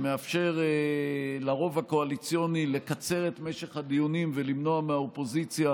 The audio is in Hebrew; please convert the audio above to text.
שמאפשר לרוב הקואליציוני לקצר את משך הדיונים ולמנוע מהאופוזיציה